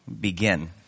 begin